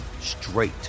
straight